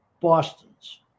Boston's